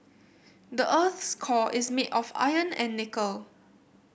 the earth's core is made of iron and nickel